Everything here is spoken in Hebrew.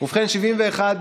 וגם אתה היית